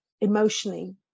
emotionally